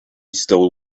stole